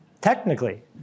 technically